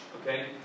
okay